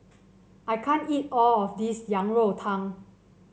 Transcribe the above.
I can't eat all of this Yang Rou Tang